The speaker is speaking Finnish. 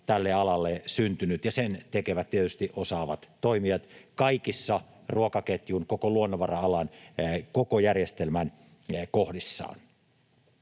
tälle alalle syntynyt, ja sen tekevät tietysti osaavat toimijat kaikissa ruokaketjun, koko luonnonvara-alan, koko järjestelmän, kohdissa.